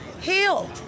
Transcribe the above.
heal